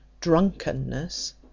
drunkenness